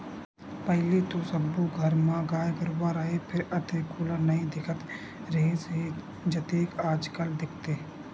पहिली तो सब्बो घर म गाय गरूवा राहय फेर अतेक गोल्लर नइ दिखत रिहिस हे जतेक आजकल दिखथे